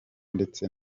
ndetse